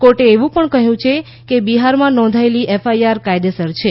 કોર્ટે એવું પણ કહ્યું છે કે બિહારમાં નોંધાયેલી એફઆઈઆર કાયદેસર છે